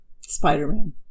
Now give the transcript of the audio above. spider-man